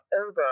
over